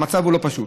המצב הוא לא פשוט.